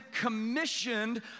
commissioned